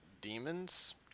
demons